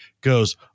goes